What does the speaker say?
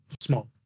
small